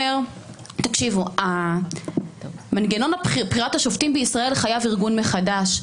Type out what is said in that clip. אומר שמנגנון בחירת השופטים בישראל חייב ארגון מחדש,